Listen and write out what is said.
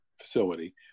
facility